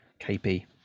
kp